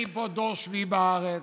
אני פה דור שביעי בארץ,